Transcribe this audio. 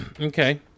Okay